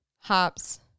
hops